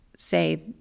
say